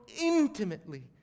intimately